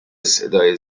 صدای